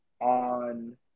on